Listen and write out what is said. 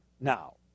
now